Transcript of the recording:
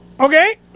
Okay